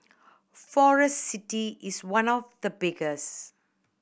Forest City is one of the biggest